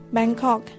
Bangkok